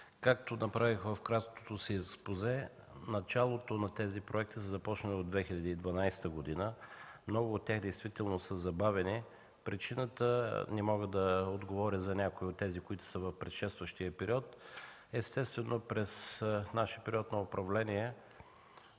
както направих в краткото си експозе, началото на тези проекти са започнали от 2012 г. Много от тях действително са забавени. Причината – не мога да отговоря за някои от тези, които са в предшестващия период. Естествено, през нашия период на управление